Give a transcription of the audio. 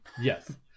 yes